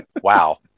Wow